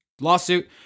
lawsuit